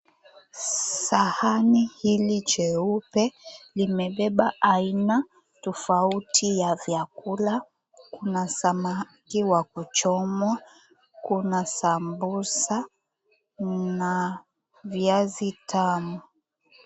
Sahani hili jeupe limebeba aina tofauti ya vyakula kama samaki wa kuchomwa, kuna sambusa na viazi tamu.